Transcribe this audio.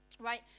right